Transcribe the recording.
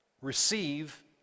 Receive